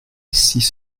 six